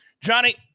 Johnny